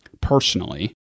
personally